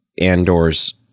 Andor's